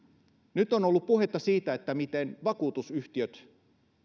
nyt on ollut puhetta siitä miten vakuutusyhtiöt